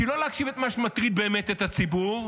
בשביל לא להקשיב למה שמטריד באמת את הציבור,